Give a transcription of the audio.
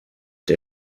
der